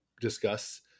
discuss